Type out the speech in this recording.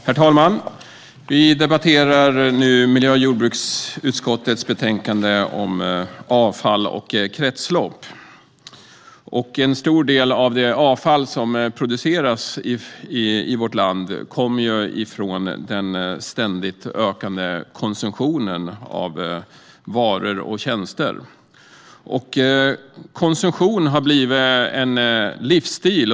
Herr talman! Vi debatterar nu miljö och jordbruksutskottets betänkande om avfall och kretslopp. En stor del av det avfall som produceras i vårt land kommer från den ständigt ökande konsumtionen av varor och tjänster. Konsumtion har blivit en livsstil.